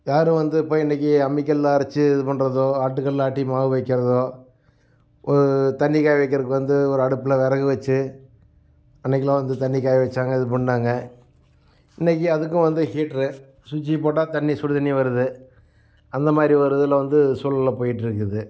யாரும் வந்து போய் இன்றைக்கி அம்மிக்கல்லில் அரச்சு இது பண்ணுறதோ ஆட்டுக்கல்லில் ஆட்டி மாவு வைக்கிறதோ தண்ணி காய வைக்கிறக்கு வந்து ஒரு அடுப்பில் விறகு வெச்சு அன்றைக்கிலாம் வந்து தண்ணி காய வெச்சாங்க இது பண்ணிணாங்க இன்றைக்கி அதுக்கும் வந்து ஹீட்ரு சுவிட்ச்சி போட்டால் தண்ணி சுடுதண்ணி வருது அந்த மாதிரி ஒரு இதில் வந்து சூழலில் போயிட்டிருக்குது